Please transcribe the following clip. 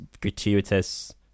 gratuitous